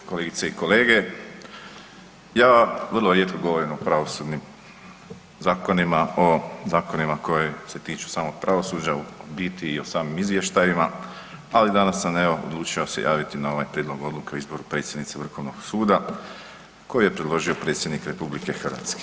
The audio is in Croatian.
Kolegice i kolege, ja vrlo rijetko govorim o pravosudnim zakonima, o zakonima koji se tiču samog pravosuđa u biti i o samim izvještajima, ali danas sam evo odlučio se javiti na ovaj Prijedlog Odluke o izboru predsjednice Vrhovnog suda koji je predložio predsjednik RH.